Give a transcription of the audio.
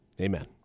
Amen